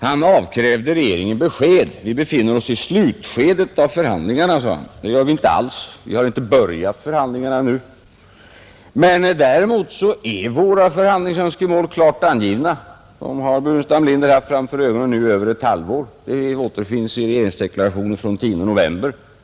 Han avkrävde regeringen besked. Vi befinner oss i slutskedet av förhandlingarna, sade han. Det gör vi inte alls. Vi har inte börjat förhandlingarna ännu. Men däremot är våra förhandlingsönskemål klart angivna. Dem har herr Burenstam Linder haft framför ögonen i nu över ett halvår. De återfinns i regeringsdeklarationen från den 10 november.